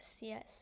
yes